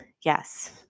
yes